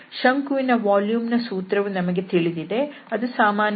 ಶಂಕುವಿನ volume ನ ಸೂತ್ರವು ನಮಗೆ ತಿಳಿದಿದೆ ಅದು ಸಾಮಾನ್ಯ ಜ್ಞಾನ